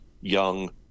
young